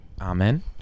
Amen